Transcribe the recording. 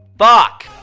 fuck.